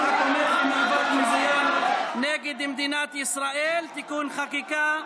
התומך במאבק מזוין נגד מדינת ישראל (תיקון חקיקה),